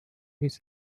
his